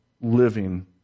living